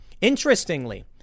Interestingly